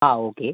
ആ ഓക്കേ